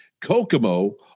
Kokomo